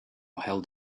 held